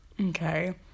Okay